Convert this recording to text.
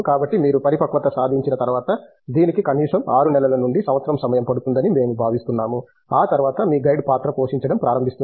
కాబట్టి మీరు పరిపక్వత సాధించిన తర్వాత దీనికి కనీసం 6 నెలల నుండి సంవత్సర సమయం పడుతుందని మేము భావిస్తున్నాము ఆ తర్వాత మీ గైడ్ పాత్ర పోషించడం ప్రారంభిస్తుంది